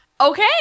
Okay